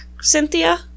Cynthia